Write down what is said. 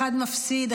אחד מפסיד,